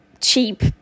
cheap